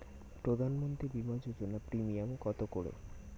প্রধানমন্ত্রী বিমা যোজনা প্রিমিয়াম কত করে?